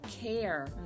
care